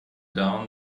down